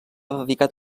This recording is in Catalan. dedicat